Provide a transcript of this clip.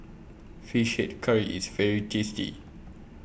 Fish Head Curry IS very tasty